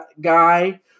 guy